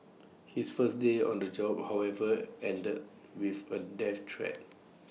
his first day on the job however ended with A death threat